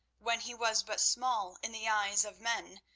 when he was but small in the eyes of men,